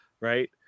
right